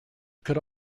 could